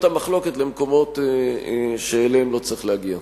המחלוקת למקומות שאליהם לא צריך להגיע.